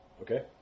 Okay